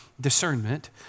discernment